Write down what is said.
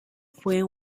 fue